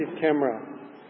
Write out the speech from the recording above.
camera